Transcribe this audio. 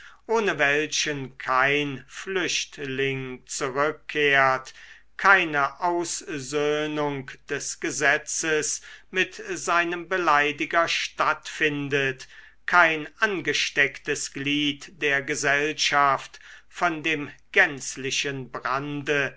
ohne welchen kein flüchtling zurückkehrt keine aussöhnung des gesetzes mit seinem beleidiger stattfindet kein angestecktes glied der gesellschaft von dem gänzlichen brande